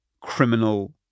criminal